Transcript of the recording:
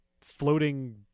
floating